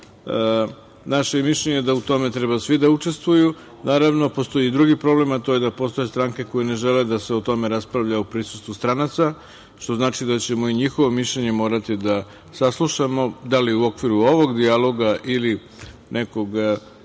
mišljenje je da u tome treba svi da učestvuju. Naravno, postoji i drugi problem, a to je postoje stranke koje ne žele da se o tome raspravlja u prisustvu stranaca, što znači da ćemo i njihovo mišljenje morati da saslušamo, da li u okviru ovog dijaloga ili neke